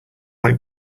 like